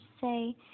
say